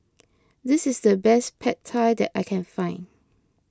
this is the best Pad Thai that I can find